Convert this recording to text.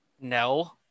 No